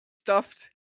stuffed